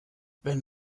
wenn